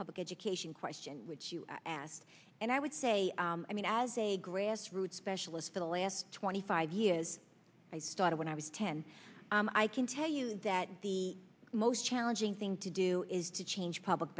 public education question asked and i would say i mean as a grassroots specialist for the last twenty five years i started when i was ten i can tell you that the most challenging thing to do is to change public